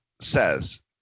says